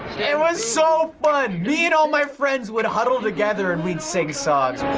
it was so fun! me and all my friends would huddle together and we'd sings songs.